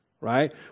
right